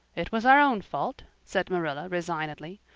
it was our own fault, said marilla resignedly.